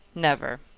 never.